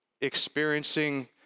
experiencing